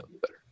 better